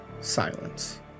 Silence